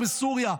בסוריה.